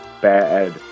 bad